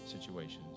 situations